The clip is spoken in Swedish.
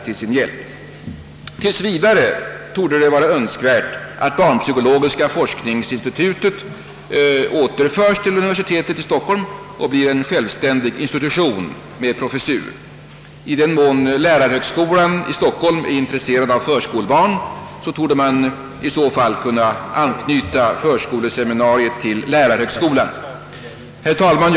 Tills vidare torde det vara Önskvärt att barnpsykologiska forskningsinstitutet återföres till universitetet i Stockholm och blir en självständig institution med professur. I den mån lärarhögskolan i Stockholm är intresserad av förskolbarn torde man kunna ansluta förskoleseminariet till lärarhögskolan. Herr talman!